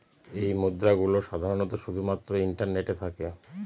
এই মুদ্রা গুলো সাধারনত শুধু মাত্র ইন্টারনেটে থাকে